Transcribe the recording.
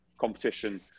competition